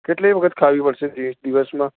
કેટલી વખત ખાવી પડશે એક દિવસમાં